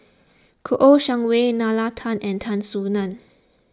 Kouo Shang Wei Nalla Tan and Tan Soo Nan